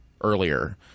earlier